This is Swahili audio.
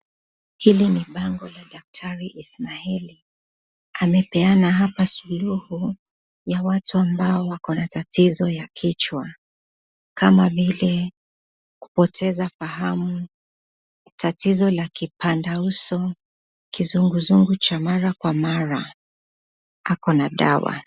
Hili ni bango la daktari Ismaeli, amepeana hapa suluhu ya watu ambao wako na tatizo la kichwa kama vile kupoteza fahamu, tatizo la kipanda uso, kizunguzungu cha mara kwa mara, ako na dawa.